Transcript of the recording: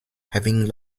having